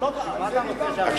מה אתה רוצה.